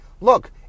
look